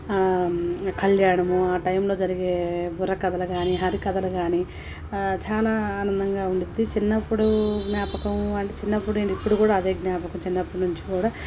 కళ్యాణము ఆ టైంలో జరిగే బుర్రకథలు కానీ హరికథలు కానీ చాలా ఆనందంగా ఉండిద్ది చిన్నప్పుడు జ్ఞాపకం అంటే చిన్నప్పుడు ఏంటి ఇప్పుడు కూడా అదే జ్ఞాపకం చిన్నప్పటి నుంచి కూడా